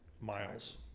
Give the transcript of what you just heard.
miles